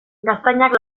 gaztainak